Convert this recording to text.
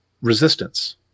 resistance